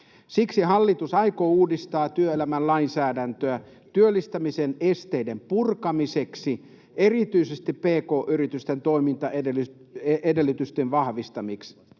Siksi hallitus aikoo uudistaa työelämän lainsäädäntöä työllistämisen esteiden purkamiseksi, erityisesti pk-yritysten toimintaedellytysten vahvistamiseksi,